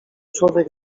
człowiek